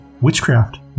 witchcraft